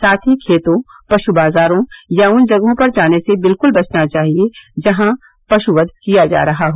साथ ही खेतों पशु बाजारों या उन जगहों पर जाने से बिलकुल बचना चाहिए जहां पशु वध किया जा रहा हो